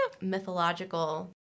mythological